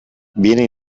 vieni